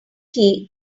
key